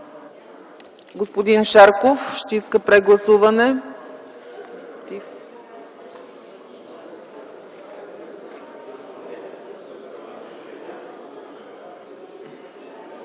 Господин Шарков ще иска прегласуване.